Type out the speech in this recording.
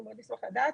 אנחנו מאוד נשמח לדעת.